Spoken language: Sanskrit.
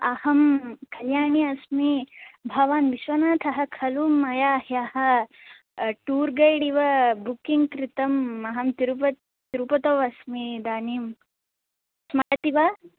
अहं कल्याणी अस्मि भवान् विश्वनाथः खलु मया ह्यः टूर् गैड् इव बुकिङ्ग् कृतम् अहं तिरुपतौ अस्मि इदानीं स्मरति वा